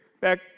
back